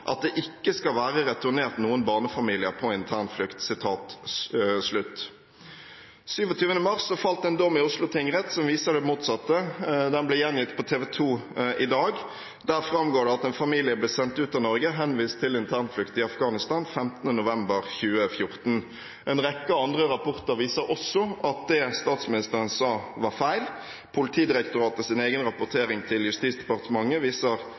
det ikke skal være returnert noen barnefamilier på internflukt». 27. mars falt det en dom i Oslo tingrett som viser det motsatte. Den ble gjengitt på TV2 i dag. Der framgår det at en familie ble sendt ut av Norge, henvist til internflukt i Afghanistan, 15. november 2014. En rekke andre rapporter viser også at det statsministeren sa, var feil. Politidirektoratets egen rapportering til Justisdepartementet